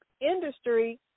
industry